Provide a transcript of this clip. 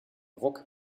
ruck